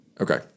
Okay